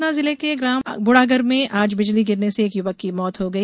सतना जिले के ग्राम बुढ़ागर में आज बिजली गिरने से एक युवक की मौत हो गई